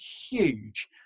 huge